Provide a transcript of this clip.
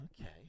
okay